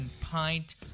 pint